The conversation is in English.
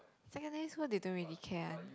secondary school they don't really care one